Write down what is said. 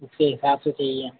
उसके हिसाब तो यही है